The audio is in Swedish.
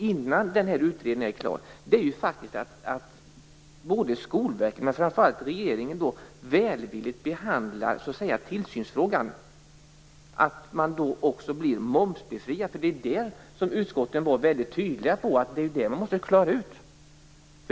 Innan utredningen är klar handlar det om att Skolverket och framför allt regeringen behandlar tillsynsfrågan välvilligt och att man då också blir momsbefriad. Utskotten var väldigt tydliga och sade att detta måste klaras ut.